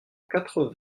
quatre